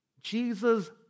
Jesus